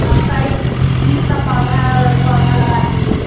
हम कई चीज़ का पौधा पौधा लगाती हूँ